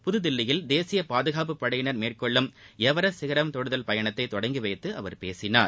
புதுதில்லியில் தேசிய பாதுகாப்பு படையினர் மேற்கொள்ளும் எவரெஸ்ட் சிகரம் தொடுதல் பயணத்தை தொடங்கி வைத்து அவர் பேசினார்